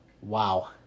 Wow